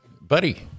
Buddy